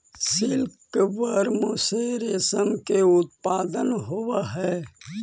silkworm से रेशम के उत्पादन होवऽ हइ